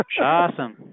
Awesome